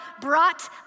brought